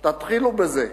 תתחילו בזה.